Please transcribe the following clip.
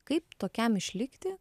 kaip tokiam išlikti